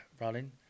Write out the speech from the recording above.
running